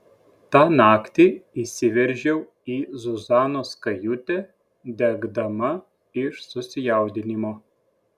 tą naktį įsiveržiau į zuzanos kajutę degdama iš susijaudinimo